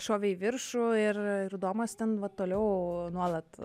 šovė į viršų ir ir domas ten va toliau nuolat